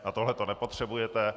A tohle to nepotřebujete.